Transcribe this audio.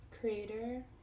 creator